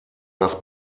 das